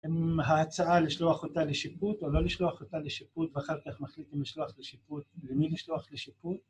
אם ההצעה לשלוח אותה לשיפוט או לא לשלוח אותה לשיפוט ואחר כך מחליט אם לשלוח לשיפוט, למי לשלוח לשיפוט